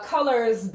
Colors